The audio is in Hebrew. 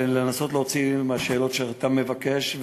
לנסות להוציא מהשאלות שאתה מבקש,